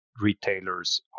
retailers